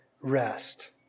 rest